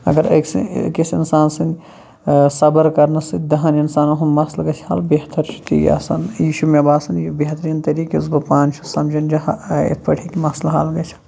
اَگر أکۍ سٕنٛدِ أکِس اِنسان سٕنٛدِ صبَر کَرنہٕ سٟتۍ دَہَن اِنسانَن ہُنٛد مسلہٕ گَژھِ حَل بہتَر چھُ تی آسان یہِ چھُ مےٚ باسان یہِ بہتریٖن طریٖقہٕ یُس بہٕ پانہٕ چھُس سمجھان یِتھٕ پٲٹھۍ ہیٚکہِ مسلہٕ حَل گٔژھِتھ